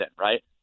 right